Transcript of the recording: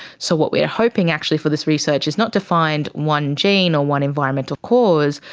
so what we are hoping actually for this research is not to find one gene or one environmental cause,